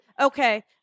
okay